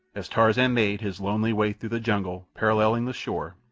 as tarzan made his lonely way through the jungle paralleling the shore,